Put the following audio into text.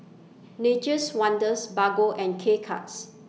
Nature's Wonders Bargo and K Cuts